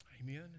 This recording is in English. Amen